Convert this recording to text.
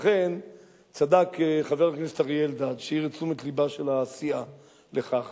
לכן צדק חבר הכנסת אריה אלדד שהעיר את תשומת לבה של הסיעה לכך